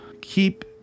Keep